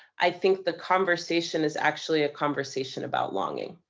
i think the conversation is actually a conversation about longing.